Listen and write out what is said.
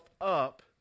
up